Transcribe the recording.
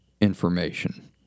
information